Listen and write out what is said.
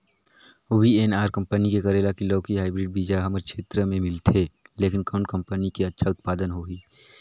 VNR company के करेला की लौकी हाईब्रिड बीजा हमर क्षेत्र मे मिलथे, लेकिन कौन कंपनी के अच्छा उत्पादन होही?